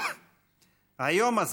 היום הזה,